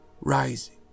rising